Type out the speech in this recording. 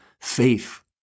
faith